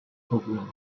program